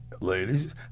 Ladies